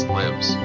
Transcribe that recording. lives